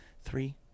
Three